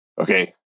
okay